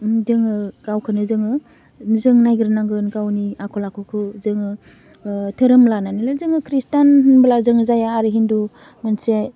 जोङो गावखौनो जोङो जों नागिरनांगोन गावनि आखल आखुखौ जोङो ओह धोरोम लानानैल' जोङो खृष्टान होनब्ला जोङो जाया आरो हिन्दु मोनसे